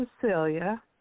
Cecilia